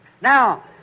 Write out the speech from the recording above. Now